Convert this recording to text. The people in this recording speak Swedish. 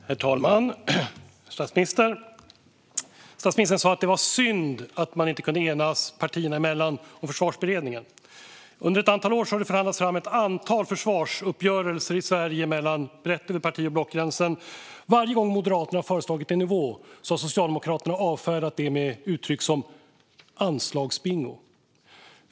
Herr talman! Statsministern! Statsministern sa att det var synd att man inte kunde enas partierna emellan i Försvarsberedningen. Under ett antal år har det förhandlats fram ett antal försvarsuppgörelser i Sverige brett över parti och blockgränserna. Varje gång Moderaterna har föreslagit en nivå har Socialdemokraterna avfärdat det med uttryck som "anslagsbingo".